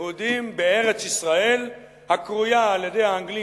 יהודים בארץ-ישראל הקרויה על-ידי האנגלים